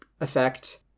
effect